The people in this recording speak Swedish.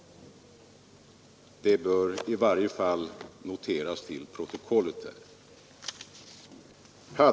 Det bör i varje fall noteras till kammarens protokoll.